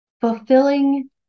fulfilling